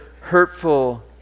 hurtful